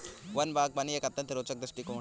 one बागवानी एक अत्यंत रोचक दृष्टिकोण है